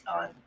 on